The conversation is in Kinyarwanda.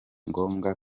ngombwa